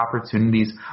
opportunities